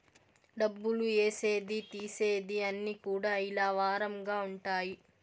డబ్బులు ఏసేది తీసేది అన్ని కూడా ఇలా వారంగా ఉంటాయి